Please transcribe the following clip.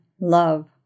love